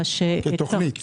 כתוכנית,